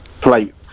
plate